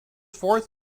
fourth